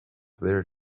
there